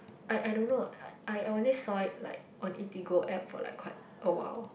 I I don't know I I only saw it like on Eatigo app for like quite a while